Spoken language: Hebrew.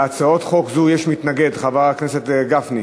להצעת חוק זו יש מתנגד, חבר הכנסת גפני.